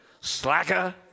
slacker